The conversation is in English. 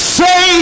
say